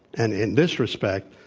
and in this respect,